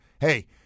Hey